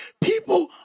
People